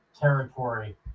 territory